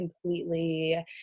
completely